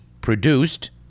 produced